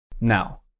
Now